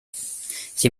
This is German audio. sie